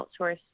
outsource